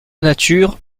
nature